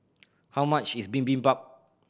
how much is Bibimbap